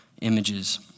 images